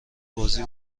بازی